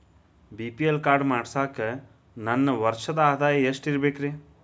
BPL card ಮಾಡ್ಸಾಕ ನನ್ನ ವರ್ಷದ್ ಆದಾಯ ಎಷ್ಟ ಇರಬೇಕ್ರಿ?